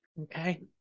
Okay